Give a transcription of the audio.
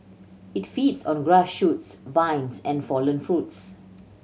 it feeds on grass shoots vines and fallen fruits